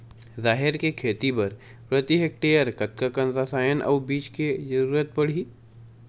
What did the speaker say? राहेर के खेती बर प्रति हेक्टेयर कतका कन रसायन अउ बीज के जरूरत पड़ही?